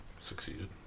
succeeded